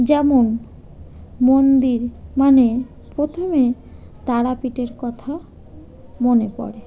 যেমন মন্দির মানে প্রথমে তারাপীঠের কথা মনে পড়ে